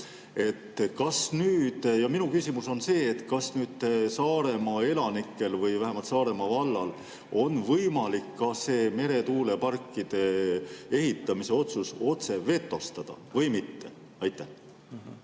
anta. Minu küsimus on see. Kas nüüd Saaremaa elanikel või vähemalt Saaremaa vallal on võimalik meretuuleparkide ehitamise otsus otse vetostada või mitte? Aitäh!